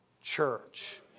church